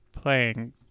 playing